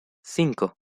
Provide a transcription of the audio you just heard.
cinco